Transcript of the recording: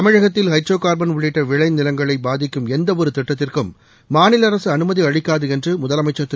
தமிழகத்தில் hydrocarbon உள்ளிட்ட விளைநிலங்களை பாதிக்கும் எந்தவொரு திட்டத்திற்கும் மாநில அரசு அனுமதி அளிக்காது என்று முதலமைச்சர் திரு